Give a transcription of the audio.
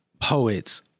poets